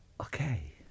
Okay